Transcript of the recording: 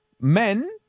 men